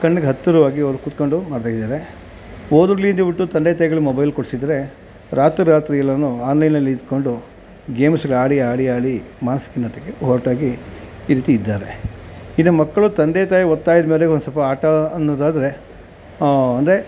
ಕಣ್ಗೆ ಹತ್ತಿರ್ವಾಗಿ ಅವ್ರು ಕುತ್ಕೊಂಡು ಮಾಡ್ತಾ ಇದ್ದಾರೆ ಓದುಗ್ಳಿ ಅಂತೇಳಿಬಿಟ್ಟು ತಂದೆ ತಾಯಿಗ್ಳು ಮೊಬೈಲ್ ಕೊಡಿಸಿದ್ರೆ ರಾತ್ರಿ ರಾತ್ರಿ ಎಲ್ಲನೂ ಆನ್ಲೈನಲ್ಲಿ ಇದ್ಕೊಂಡು ಗೇಮ್ಸ್ಗ್ಳು ಆಡಿ ಆಡಿ ಆಡಿ ಮಾನ್ಸಿಕ ಖಿನ್ನತೆಗೆ ಹೊರ್ಟೋಗಿ ಈ ರೀತಿ ಇದ್ದಾವೆ ಇನ್ನು ಮಕ್ಕಳು ತಂದೆ ತಾಯಿ ಒತ್ತಾಯದ ಮೇರೆಗೆ ಒಂದ್ಸಲ್ಪ ಆಟ ಅನ್ನೋದಾದರೆ ಅಂದರೆ